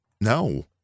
No